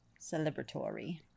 Celebratory